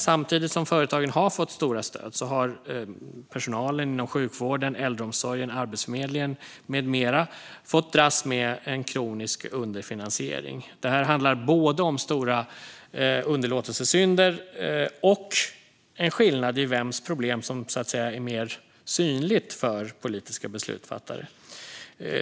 Samtidigt som företagen har fått stora stöd har dock personalen inom sjukvården, äldreomsorgen, Arbetsförmedlingen med mera fått dras med en kronisk underfinansiering. Det här handlar både om stora underlåtelsesynder och om en skillnad i vems problem som så att säga är mer synligt för politiska beslutsfattare.